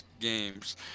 games